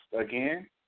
again